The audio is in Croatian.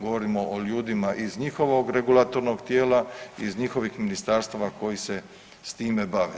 Govorim o ljudima iz njihovog regulatornog tijela, iz njihovih ministarstava koji se s time bave.